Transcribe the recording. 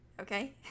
okay